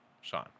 Sean